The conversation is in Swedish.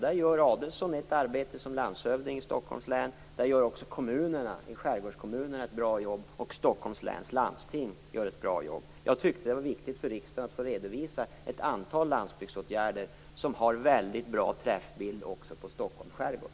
Där gör Adelsohn ett arbete som landshövding i Stockholms län, där gör också skärgårdskommunerna ett bra jobb och Stockholms läns landsting gör ett bra jobb. Jag tyckte att det var viktigt att för riksdagen få redovisa ett antal landsbygdsåtgärder som har väldigt bra träffbild också på Stockholms skärgård.